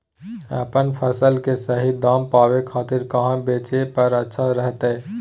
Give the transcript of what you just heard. अपन फसल के सही दाम पावे खातिर कहां बेचे पर अच्छा रहतय?